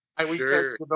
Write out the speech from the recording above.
Sure